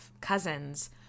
cousins